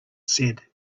said